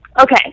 okay